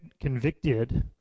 convicted